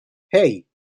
hey